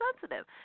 sensitive